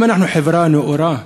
אם אנחנו חברה נאורה,